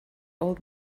old